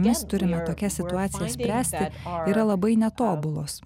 mes turime tokią situaciją spręsti yra labai netobulos